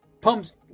pumps